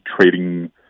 trading